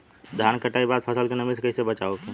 धान के कटाई के बाद फसल के नमी से कइसे बचाव होखि?